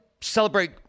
celebrate